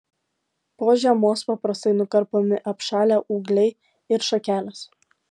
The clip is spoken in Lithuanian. po žiemos paprastai nukarpomi apšalę ūgliai ir šakelės